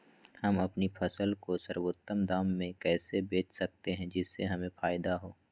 हम अपनी फसल को सर्वोत्तम दाम में कैसे बेच सकते हैं जिससे हमें फायदा हो?